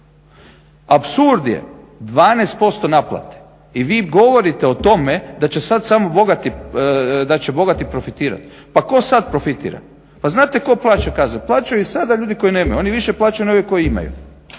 Apsurd je 12% naplate i vi govorite o tome da će sada bogati profitirati. Pa tko sada profitira? Pa znate tko plaća kazne? Plaćaju i sada ljudi koji nemaju. Oni više plaćaju nego oni koji imaju.